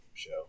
show